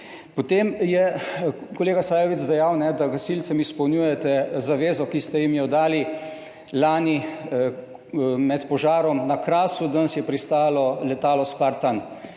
Potem je kolega Sajovic dejal, da gasilcem izpolnjujete zavezo, ki ste jim jo dali lani med požarom na Krasu, danes je pristalo letalo Spartan.